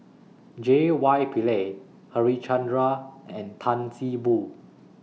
J Y Pillay Harichandra and Tan See Boo